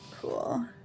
Cool